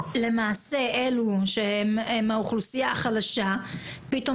למעשה אלו שהם האוכלוסייה החלשה פתאום